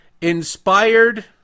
inspired